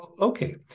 Okay